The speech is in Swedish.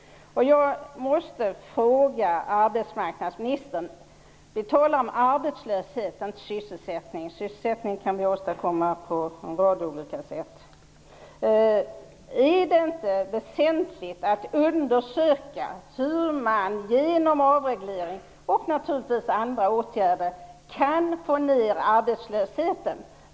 Jag vill ställa en fråga till arbetsmarknadsministern som gäller arbetslösheten - inte sysselsättning, som vi ju kan åstadkomma på en rad olika sätt. Jag undrar: Är det inte väsentligt att undersöka hur man genom avreglering och, naturligtvis, andra åtgärder kan få ned arbetslösheten?